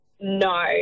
No